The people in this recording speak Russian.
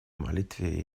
молитве